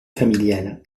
familial